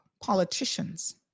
politicians